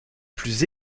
plus